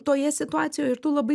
toje situacijoj ir tu labai